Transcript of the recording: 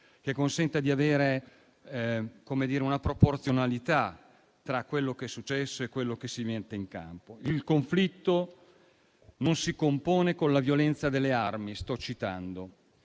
che consenta di avere una proporzionalità tra quello che è successo e quello che si mette in campo. Il conflitto non si compone con la violenza delle armi. Si abbandoni